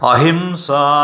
Ahimsa